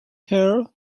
hair